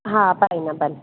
हा पाइनेपल